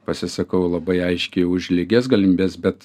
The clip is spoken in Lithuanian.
pasisakau labai aiškiai už lygias galimybes bet